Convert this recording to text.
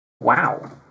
Wow